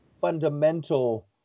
fundamental